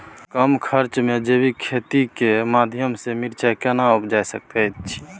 हम कम खर्च में जैविक खेती के माध्यम से मिर्चाय केना उपजा सकेत छी?